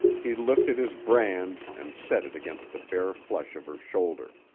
he lifted his brand and set it against the bare flesh of her shoulder.